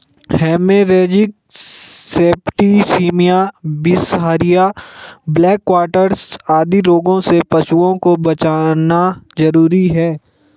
haemorrhagic septicaemia, बिसहरिया, black quarters आदि रोगों से पशुओं को बचाना जरूरी है